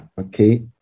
Okay